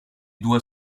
doit